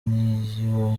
niyo